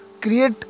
create